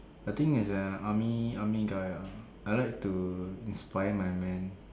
I think as an army army guy ah I like to inspire my men